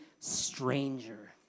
Stranger